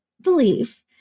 believe